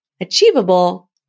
achievable